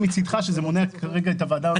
שזה מונע כרגע את הוועדה מלהחליט?